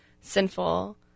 sinful